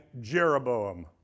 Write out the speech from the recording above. Jeroboam